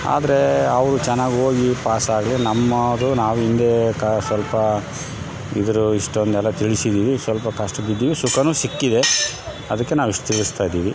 ಆದರೆ ಅವರು ಚೆನ್ನಾಗಿ ಓದಿ ಪಾಸಾಗಲಿ ನಮ್ಮವ್ರು ನಾವು ಹಿಂಗೇ ಕಾ ಸ್ವಲ್ಪ ಇದ್ರೂ ಇಷ್ಟೊಂದೆಲ್ಲ ತಿಳ್ಸಿದೀವಿ ಸ್ವಲ್ಪ ಕಷ್ಟ ಬಿದ್ದೀವಿ ಸುಖವೂ ಸಿಕ್ಕಿದೆ ಅದಕ್ಕೆ ನಾವು ಇಷ್ಟು ತೀರಿಸ್ತಾಯಿದ್ದೀವಿ